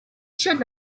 should